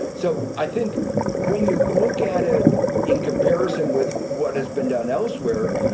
so i think when you look at it in comparison with what has been done elsewhere,